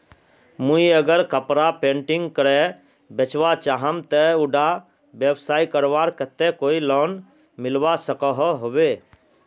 मुई अगर कपड़ा पेंटिंग करे बेचवा चाहम ते उडा व्यवसाय करवार केते कोई लोन मिलवा सकोहो होबे?